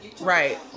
Right